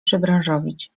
przebranżowić